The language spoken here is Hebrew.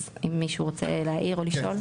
אז אם מישהו רוצה להעיר או לשאול?